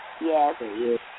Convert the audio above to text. Yes